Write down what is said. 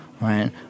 right